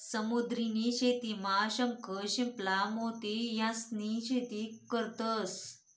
समुद्र नी शेतीमा शंख, शिंपला, मोती यास्नी शेती करतंस